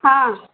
हँ